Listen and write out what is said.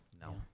No